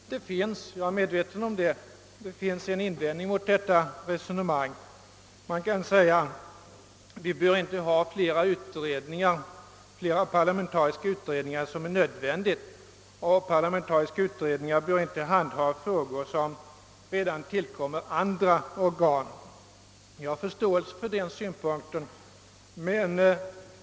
Det finns, jag är medveten om det, en invändning mot detta resonemang. Man kan säga att vi inte bör ha fler parlamentariska utredningar än nödvändigt och att parlamentariska utredningar inte bör handha frågor som redan skötes av andra organ. Jag har förståelse för den synpunkten.